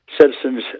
citizens